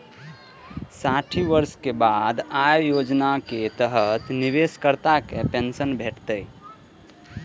साठि वर्षक बाद अय योजनाक तहत निवेशकर्ता कें पेंशन भेटतै